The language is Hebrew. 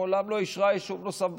מעולם לא אישרה יישוב נוסף בשטחים.